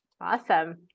Awesome